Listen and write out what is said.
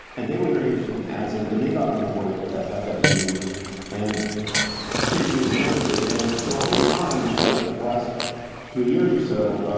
and they were very interested in asm, and they got on board at that meeting and pretty soon, announced it. and so over time, the ah last three years or so,